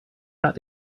got